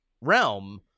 realm